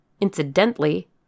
Incidentally